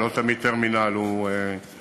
לא תמיד טרמינל הוא באחריות,